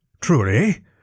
Truly